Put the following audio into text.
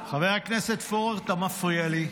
חבר הכנסת פורר, אתה מפריע לי.